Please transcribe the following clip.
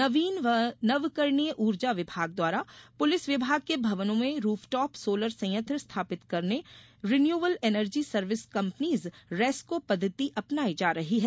नवीन व नवकरणीय ऊर्जा विभाग द्वारा पुलिस विभाग के भवनों में रूफटॉप सोलर संयंत्र स्थापित करने renewal energy service companies RESCO पद्वति अपनाई जा रही है